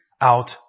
out